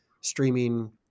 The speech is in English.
streaming